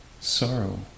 sorrow